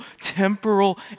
temporal